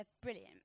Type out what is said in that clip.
brilliant